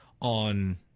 on